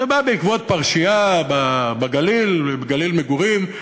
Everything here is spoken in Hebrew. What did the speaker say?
זה בא בעקבות פרשייה ב"גליל מגורים",